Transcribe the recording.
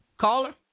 caller